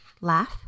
laugh